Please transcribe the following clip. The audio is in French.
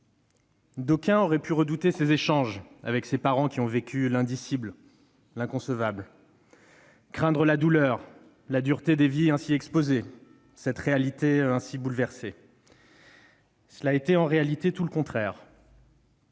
D'aucuns auraient pu redouter les échanges avec ces parents, qui ont vécu l'indicible, l'inconcevable, et craindre la douleur, la dureté de ces vies ainsi exposée, cette réalité ainsi bouleversée. Ce fut en réalité tout le contraire